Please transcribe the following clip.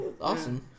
Awesome